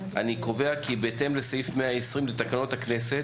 אני קובע כי בהתאם לסעיף 120 לתקנות הכנסת,